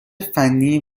فنی